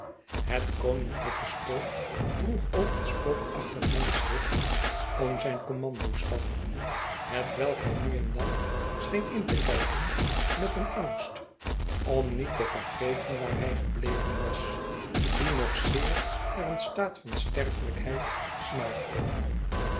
het koninklijke spook droeg ook een spookachtig handschrift om zijn kommando staf hetwelk hij nuen dan scheen in te ktjken met een angst om niet te vergeten waar hij gebleven was die nog zeer naar een staat van sterfelijkheid smaakte